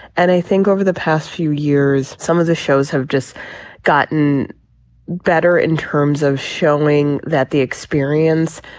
and i think over the past few years some of the shows have just gotten better in terms of showing that the experience